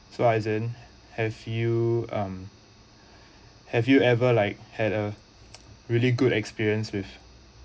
so aizen have you um have you ever like had a really good experience with